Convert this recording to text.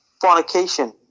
fornication